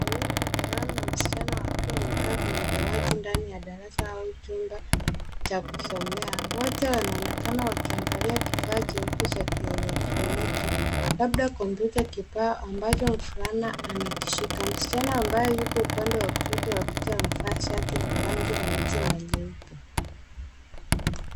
Wawili mvulana na msichana wakiwa wamekaa kwenye dawati ndani ya darasa au chumba cha kusomea, wote wanaonekana wakiangalia kifaa cheupe cha kielekroniki labda kompyuta kipaa ambacho mvulana anakishika. Msichana ambaye yuko upande wa kushoto wa picha amevaa shati la rangi nyeusi na nyeupe.